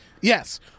Yes